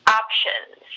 options